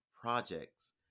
projects